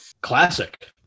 Classic